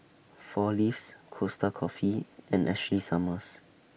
four Leaves Costa Coffee and Ashley Summers